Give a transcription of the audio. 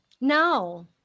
no